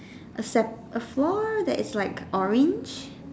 a sep~ a floor that is like orange